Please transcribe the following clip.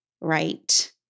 right